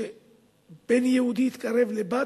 שבן יהודי יתקרב לבת,